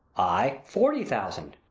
ay, forty thousand.